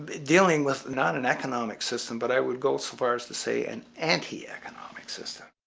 dealing with not an economic system but i would go so far as to say an anti-economic system.